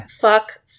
Fuck